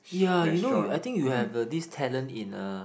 ya you know you I think you have the this talent in a